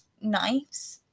knives